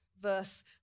Verse